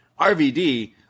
RVD